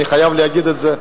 ואני חייב להגיד את זה,